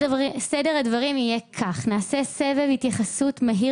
סדר הדברים יהיה כך: נעשה סבב התייחסות מהיר